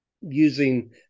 using